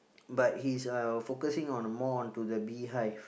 but he's uh focusing on more onto the beehive